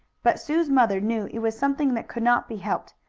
but sue's mother knew it was something that could not be helped,